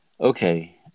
okay